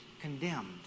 condemned